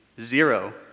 zero